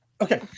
okay